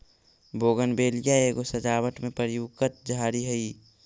bougainvillea एगो सजावट में प्रयुक्त झाड़ी हई